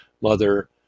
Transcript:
mother